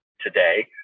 today